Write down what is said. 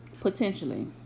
Potentially